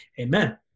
Amen